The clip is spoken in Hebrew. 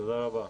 תודה רבה.